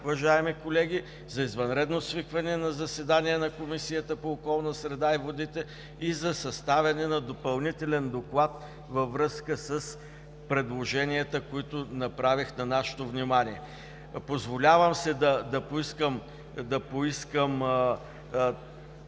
уважаеми колеги, за извънредно свикване на заседание на Комисията по околна сред и водите и за съставяне на допълнителен доклад във връзка с предложенията, които представих на нашето внимание. Позволявам си да поискам такава